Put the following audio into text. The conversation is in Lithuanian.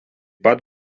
pat